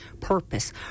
purpose